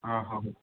ହଁ ହଉ